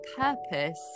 purpose